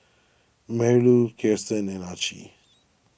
Marilou Kiersten and Archie